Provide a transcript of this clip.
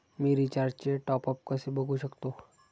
मी रिचार्जचे टॉपअप कसे बघू शकतो?